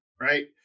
right